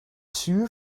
zuur